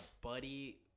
buddy